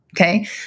okay